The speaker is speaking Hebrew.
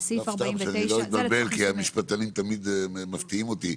כי המשפטנים תמיד מפתיעים אותי.